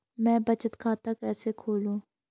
मैं बचत खाता कैसे खोलूँ?